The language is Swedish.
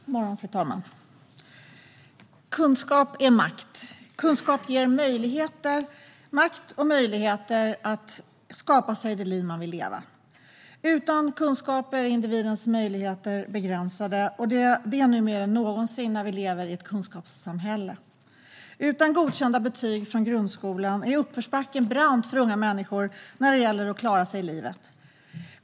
God morgon, fru talman! Kunskap är makt. Kunskap ger makt och möjligheter att skapa sig det liv man vill leva. Utan kunskaper är individens möjligheter begränsade och det nu mer än någonsin när vi lever i ett kunskapssamhälle. Utan godkända betyg från grundskolan är uppförsbacken brant för unga människor när det gäller att klara sig i livet.